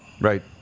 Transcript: Right